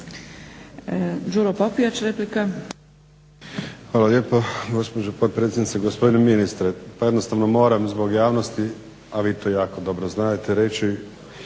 **Popijač, Đuro (HDZ)** Hvala lijepo gospođo potpredsjednice, gospodine ministre. Pa jednostavno moram zbog javnosti a vi to jako dobro znadete reći